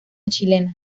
chilena